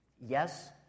Yes